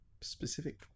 specific